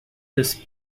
this